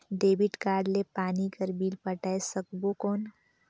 Debit card ले पानी कर बिल पटाय सकबो कौन?